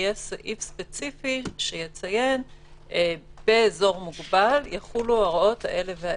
יהיה סעיף ספציפי שיציין באזור מוגבל יחולו הוראות האלה והאלה.